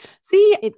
See